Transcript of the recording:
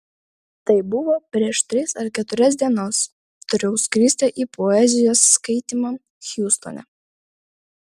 tai buvo prieš tris ar keturias dienas turėjau skristi į poezijos skaitymą hjustone